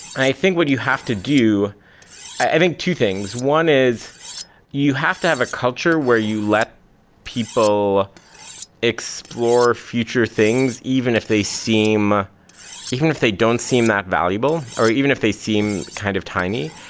and i think what you have to do i think two things one is you have to have a culture where you let people explore future things, even if they seem even if they don't seem that valuable, or even if they seem kind of tiny.